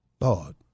Lord